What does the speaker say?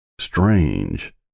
Strange